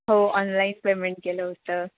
हो online payment केलं होतं